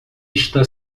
está